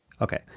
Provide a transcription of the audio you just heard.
Okay